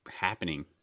happening